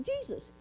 Jesus